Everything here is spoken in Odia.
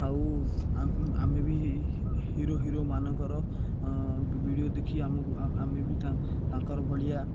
ଆଉ ଆମେ ବି ହିରୋ ହିରୋମାନଙ୍କର ଭିଡ଼ିଓ ଦେଖି ଆମକୁ ଆମେ ବି ତାଙ୍କର ଭଳିଆ